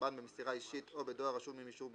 לסרבן במסירה אישית או בדואר רשום עם אישור מסירה,